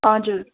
हजुर